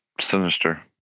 Sinister